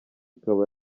ikaba